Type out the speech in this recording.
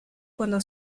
cuando